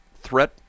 threat